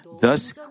Thus